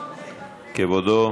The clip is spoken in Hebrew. כבודו.